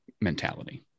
mentality